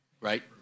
right